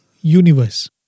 Universe